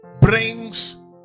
brings